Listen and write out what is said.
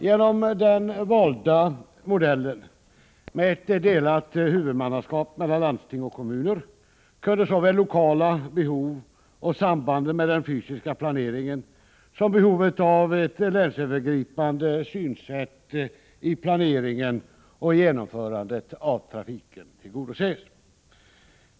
Genom den valda modellen med ett delat huvudmannaskap mellan landsting och kommuner kunde såväl lokala behov och sambandet med den fysiska planeringen som behovet av ett länsövergripande synsätt i planeringen och genomförandet av trafiken tillgodoses.